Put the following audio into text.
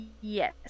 Yes